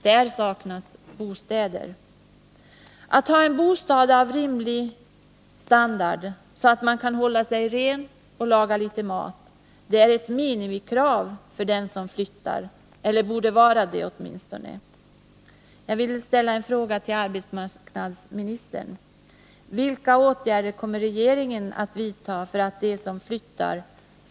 Där saknas det bostäder. Att ha en bostad med rimlig standard, så att man kan hålla sig ren och laga litet mat, är ett minimikrav — eller borde åtminstone vara det — för dem som flyttar.